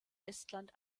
estland